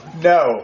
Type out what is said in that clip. No